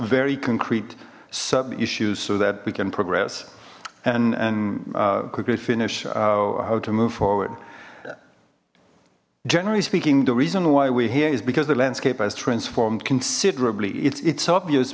very concrete sub issues so that we can progress and and quickly finish how to move forward generally speaking the reason why we're here is because the landscape has transformed considerably it's it's obvious